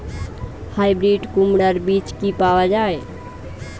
Hybrid কুমড়ার বীজ কি পাওয়া য়ায়?